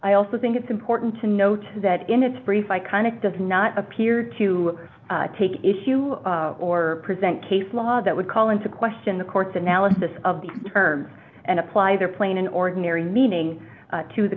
i also think it's important to note that in its brief iconic does not appear to take issue or present case law that would call into question the court's analysis of the terms and apply their plain an ordinary meaning to the